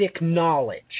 knowledge